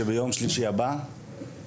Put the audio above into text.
שביום שלישי הקרוב,